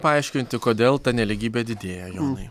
paaiškinti kodėl ta nelygybė didėja jonai